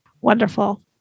Wonderful